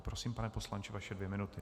Prosím, pane poslanče, vaše dvě minuty.